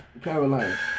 Carolina